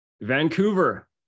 Vancouver